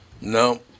No